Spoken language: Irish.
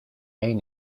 aon